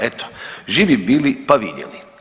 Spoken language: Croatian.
Eto, živi bili pa vidjeli.